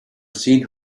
seen